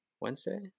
wednesday